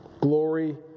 glory